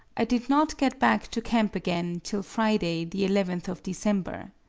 i did not get back to camp again till friday, the eleventh of december.